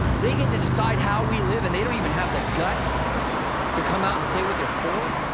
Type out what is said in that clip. they get to decide how we live and they don't even have the guts to come out and say what they're for.